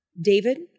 David